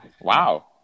Wow